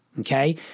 Okay